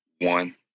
one